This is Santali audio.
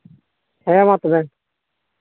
ᱦᱮᱸ ᱢᱟ ᱛᱚᱵᱮ